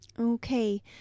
Okay